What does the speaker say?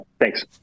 Thanks